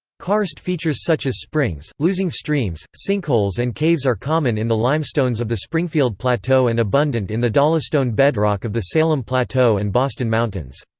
karst features such as springs, losing streams, sinkholes and caves are common in the limestones of the springfield plateau and abundant in the dolostone bedrock of the salem plateau and boston mountains.